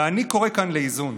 ואני קורא כאן לאיזון.